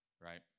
Right